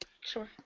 Sure